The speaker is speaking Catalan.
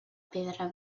pedra